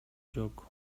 жок